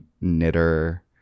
knitter